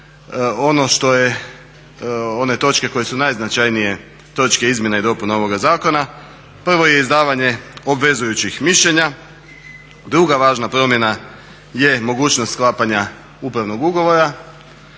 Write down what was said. nabrojim one točke koje su najznačajnije točke izmjena i dopuna ovoga zakona. Prvo je izdavanje obvezujućih mišljenja, druga važna promjena je mogućnost sklapanja upravnog ugovora,